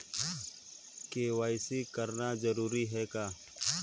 KYC कराना जरूरी है का?